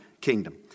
kingdom